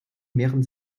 mehren